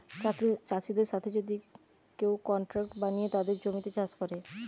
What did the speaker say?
চাষিদের সাথে যদি কেউ কন্ট্রাক্ট বানিয়ে তাদের জমিতে চাষ করে